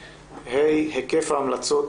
ה', היקף ההמלצות